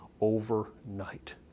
overnight